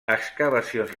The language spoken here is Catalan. excavacions